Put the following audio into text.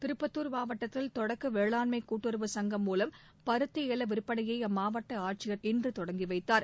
திருப்பத்துா் மாவட்டத்தில் தொடக்க வேளாண்மை கூட்டுறவு சங்கம் மூவம் பருத்தி ஏல விற்பனையை அம்மாவட்ட ஆட்சியர் திரு சிவனருள் இனறு தொடங்கி வைத்தார்